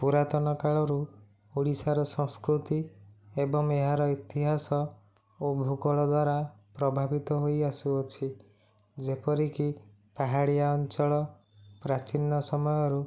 ପୁରାତନ କାଳରୁ ଓଡ଼ିଶାର ସଂସ୍କୃତି ଏବଂ ଏହାର ଇତିହାସ ଓ ଭୁଗୋଳ ଦ୍ବାରା ପ୍ରଭାବିତ ହୋଇ ଆସୁଅଛି ଯେପରିକି ପାହାଡ଼ିଆ ଅଞ୍ଚଳ ପ୍ରାଚୀନ ସମୟରୁ